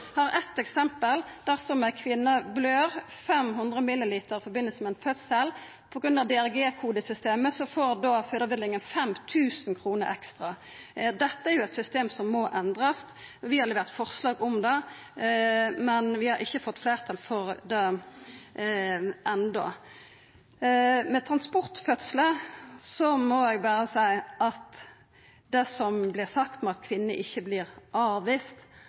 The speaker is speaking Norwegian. har eitt eksempel: Dersom ei kvinne blør 500 ml i samband med ein fødsel, får fødeavdelinga – på grunn av DRG-kodesystemet – 5 000 kr ekstra. Dette er eit system som må endrast. Vi har levert forslag om det, men vi har ikkje fått fleirtal for det enno. Om transportfødslar må eg berre seia at det som vert sagt om at kvinnene ikkje